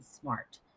smart